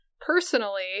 personally